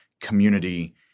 community